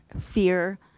fear